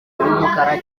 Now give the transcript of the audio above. umukara